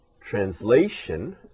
translation